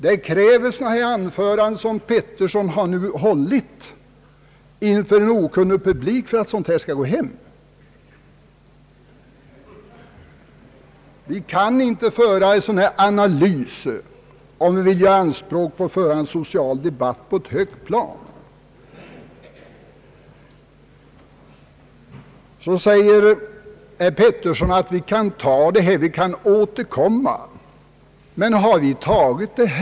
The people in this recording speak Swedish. Det krävs anföranden av det slag, som herr Georg Pettersson nu har hållit, inför en okunnig publik för att sådana här resonemang skall gå hem. Vi kan inte göra en sådan här analys, om vi vill ställa anspråk på att föra en social debatt på ett högt plan. Herr Georg Pettersson säger även att vi kan acceptera detta förslag och sedan återkomma.